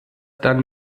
dann